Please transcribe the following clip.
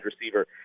receiver